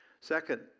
Second